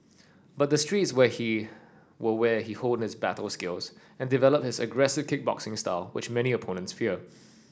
but the streets why he were where he honed his battle skills and developed his aggressive kickboxing style which many opponents fear